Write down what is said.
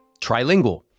Trilingual